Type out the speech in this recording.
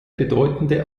bedeutende